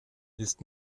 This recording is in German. ist